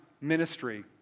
ministry